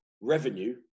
revenue